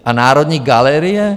A Národní galerie?